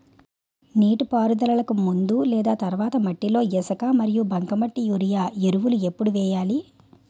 నీటిపారుదలకి ముందు లేదా తర్వాత మట్టిలో ఇసుక మరియు బంకమట్టి యూరియా ఎరువులు ఎప్పుడు వేయాలి?